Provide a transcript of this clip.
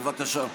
בבקשה.